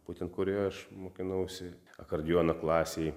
būtent kurioje aš mokinausi akardiono klasėj